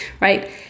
right